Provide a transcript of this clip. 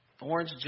orange